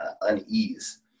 unease